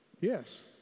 Yes